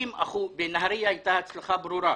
בנהריה הייתה הצלחה ברורה.